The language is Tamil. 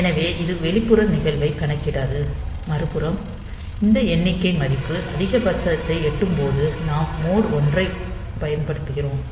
எனவே இது வெளிப்புற நிகழ்வை கணக்கிடாது மறுபுறம் இந்த எண்ணிக்கை மதிப்பு அதிகபட்சத்தை எட்டும் போது நாம் மோட் 1 ஐப் பயன்படுத்துகிறோம்